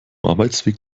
arbeitsweg